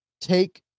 take